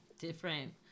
different